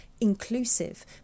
inclusive